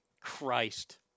Christ